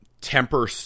temper